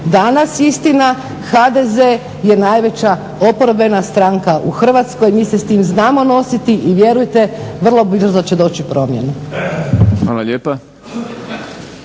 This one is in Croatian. Danas istina, HDZ je najveća oporbena stranka u Hrvatskoj. Mi se s tim znamo nositi i vjerujte vrlo brzo će doći promjena.